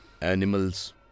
Animals